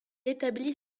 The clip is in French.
établit